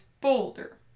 boulder